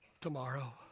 Tomorrow